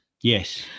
Yes